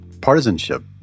partisanship